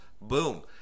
boom